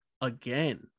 again